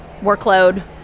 workload